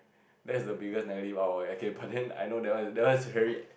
that's the biggest negative I will okay but then I know that one is that one is very